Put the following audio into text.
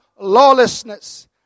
lawlessness